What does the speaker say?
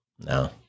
no